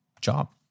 job